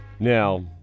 Now